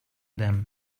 them